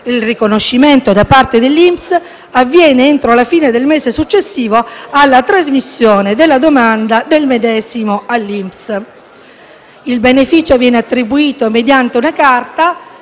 Il riconoscimento da parte dell'INPS avviene entro la fine del mese successivo alla trasmissione della domanda al medesimo INPS. Il beneficio viene attribuito mediante una carta,